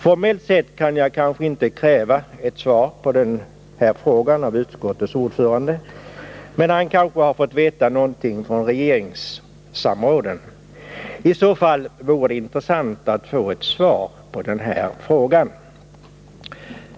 Formellt sett kan jag kanske inte kräva ett svar på den frågan av utskottets ordförande, men han har måhända fått veta någonting från regeringssamråden. I så fall vore det intressant att få ett svar på den här frågan.